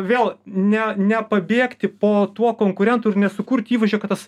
vėl ne nepabėgti po tuo konkurentu nesukurt įvaizdžio kad tas